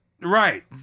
Right